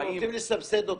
אנחנו הולכים לסבסד אותן.